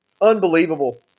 Unbelievable